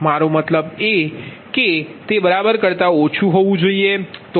મારો મતલબ કે તે બરાબર કરતાં ઓછું હોવું જોઈએ